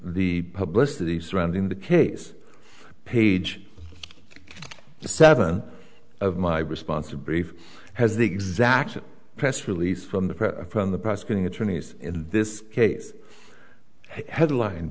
the publish to the surrounding the case page seven of my response to brief has the exact press release from the press from the prosecuting attorneys in this case headline